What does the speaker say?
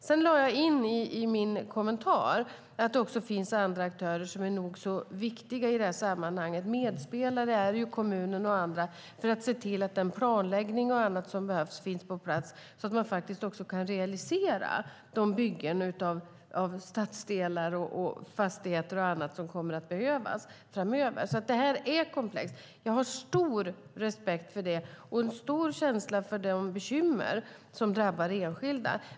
Jag lade in i min kommentar att det också finns andra aktörer som är nog så viktiga i detta sammanhang - medspelare är kommunen och andra - för att se till att planläggning och annat finns på plats så att man också kan realisera de byggen av stadsdelar, fastigheter och annat som kommer att behövas framöver. Det är komplext, och jag stor respekt för det och stark känsla för de bekymmer som drabbar enskilda.